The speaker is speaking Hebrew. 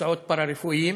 מקצועות פארה-רפואיים,